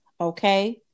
okay